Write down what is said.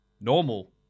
normal